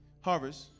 Harvest